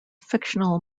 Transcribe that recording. fictional